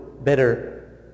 better